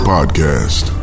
Podcast